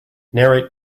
narrate